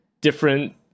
different